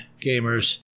gamers